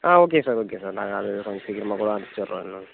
ஆ okay sir okay sir நாங்கள் அது கொஞ்ச சீக்கரமாக கூட அமிச்சிர்றோம் என்னன்